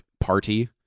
party